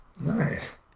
Nice